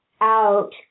out